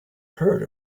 heard